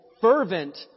fervent